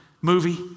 movie